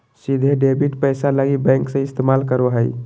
सीधे डेबिट पैसा लगी बैंक के इस्तमाल करो हइ